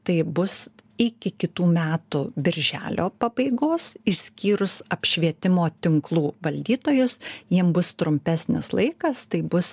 tai bus iki kitų metų birželio pabaigos išskyrus apšvietimo tinklų valdytojus jiem bus trumpesnis laikas tai bus